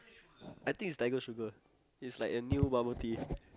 I think is Tiger Sugar is like a new bubble tea